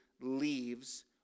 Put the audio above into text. leaves